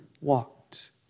walked